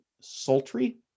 sultry